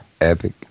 Epic